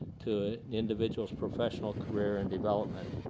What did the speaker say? to an individual's professional career and development.